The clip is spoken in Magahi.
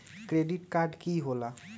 क्रेडिट कार्ड की होला?